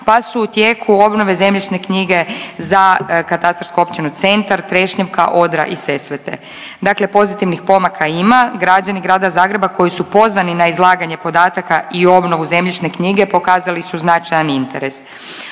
pa su u tijeku obnove zemljišne knjige za katastarsku Općinu Centar, Trešnjevka, Odra i Sesvete, dakle pozitivnih pomaka ima. Građani Grada Zagreba koji su pozvani na izlaganje podataka i obnovu zemljišne knjige pokazali su značajan interes.